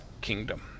kingdom